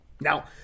Now